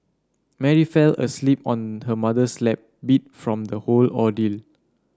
Mary fell asleep on her mother's lap beat from the whole ordeal